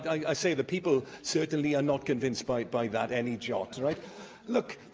i say the people certainly are not convinced by by that any jot. look,